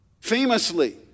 famously